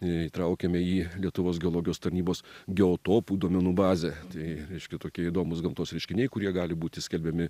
įtraukiame į lietuvos geologijos tarnybos biotopų duomenų bazę tai reiškia tokie įdomūs gamtos reiškiniai kurie gali būti skelbiami